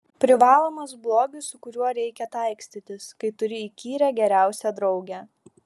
privalomas blogis su kuriuo reikia taikstytis kai turi įkyrią geriausią draugę